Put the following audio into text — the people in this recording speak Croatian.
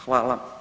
Hvala.